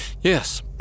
Yes